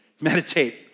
meditate